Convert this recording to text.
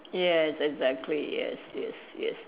yes exactly yes yes yes